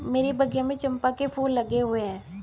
मेरे बगिया में चंपा के फूल लगे हुए हैं